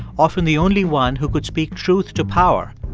often the only one who could speak truth to power,